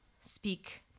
speak